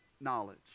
knowledge